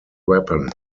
weapon